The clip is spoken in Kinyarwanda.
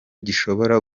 gishobora